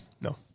No